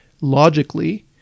logically